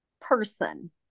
person